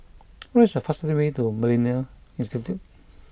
what is the fastest way to Millennia Institute